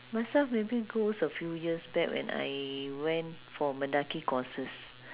myself maybe goes a few years back when I went for mendaki courses